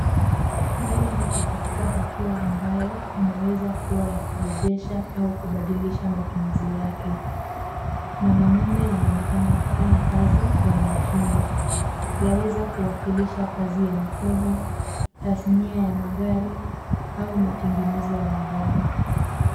Gari liko katika hatua ambayo inaweza kuwa ya kurejesha au kubadilisha matumizi yake. Mwanamume anaonekana akifanya kazi kwa umakini. Yaweza kuwakilisha kazi ya mikono, tasnia ya magari au matengenezo ya magari.